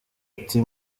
ati